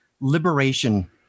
liberation